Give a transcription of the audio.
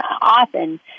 often